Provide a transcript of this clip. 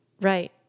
Right